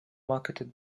marketed